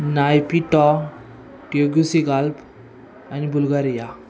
Naypyidaw Tegucigalpa आणि Bulgaria